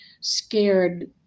scared